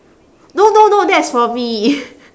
no no no that's for me